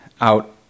out